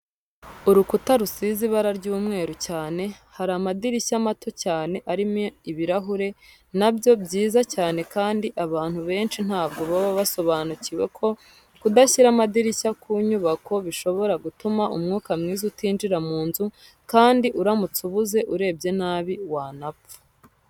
Urukuta rusize ibara ry'umweru cyane, hari amadirishya mato cyane arimo ibirahure nabyo byiza cyane kandi abantu benshi ntabwo baba basobanukiwe ko kudashyira amadirishya ku nyubako, bishobora gutuma umwuka mwiza utinjira mu nzu, kandi uramutse ubuze, urebye nabi wanapfa.